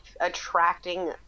attracting